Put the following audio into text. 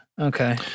okay